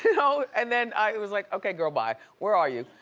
you know and then i was like okay, girl, bye. where are you?